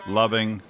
loving